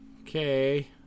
Okay